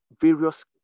various